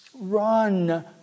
Run